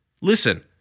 Listen